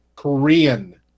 Korean